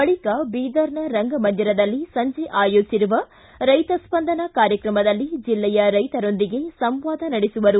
ಬಳಿಕ ಬೀದರ್ನ ರಂಗಮಂದಿರದಲ್ಲಿ ಸಂಜೆ ಆಯೋಜಿಸಿರುವ ರೈತ ಸ್ಪಂದನ ಕಾರ್ಯಕ್ರಮದಲ್ಲಿ ಜಿಲ್ಲೆಯ ರೈತರೊಂದಿಗೆ ಸಂವಾದ ನಡೆಸುವರು